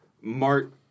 Mart